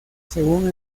según